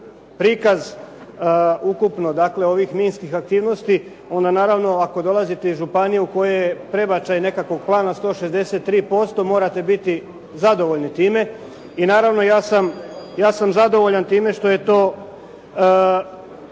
prikaz ukupno dakle, ovih minskih aktivnosti, onda naravno ako dolazite iz županije u kojoj je prebačaj nekakvog plana 163% morate biti zadovoljni time. I naravno ja sam zadovoljan time što je to